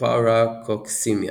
"praecocissima